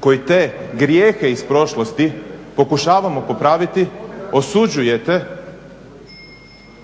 koji te grijehe iz prošlosti pokušavamo popraviti osuđujete